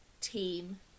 team